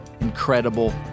incredible